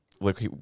look